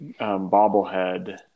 bobblehead